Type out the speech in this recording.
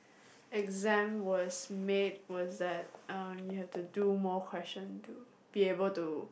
exam was made was that uh you have to do more question to be able to